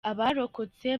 abarokotse